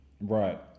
Right